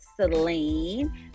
Celine